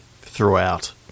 throughout